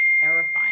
terrifying